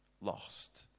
lost